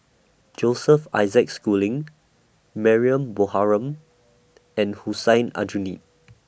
Joseph Isaac Schooling Mariam Baharom and Hussein Aljunied